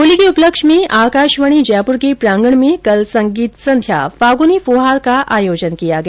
होली के उपलक्ष्य में आकाशवाणी जयप्र के प्रांगण में कल संगीत संध्या फागुनी फुहार का आयोजन किया गया